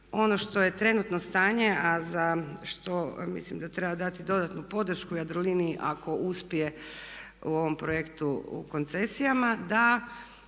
Ono što je trenutno stanje, a za što mislim da treba dati dodatnu podršku Jadroliniji ako uspije u ovom projektu u koncesijama da